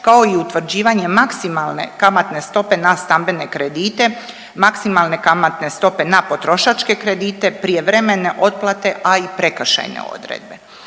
kao i utvrđivanje maksimalne kamatne stope na stambene kredite, maksimalne kamatne stope na potrošačke kredite, prijevremene otplate, a i prekršajne odredbe.